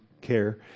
care